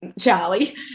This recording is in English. Charlie